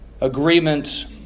agreement